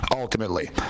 ultimately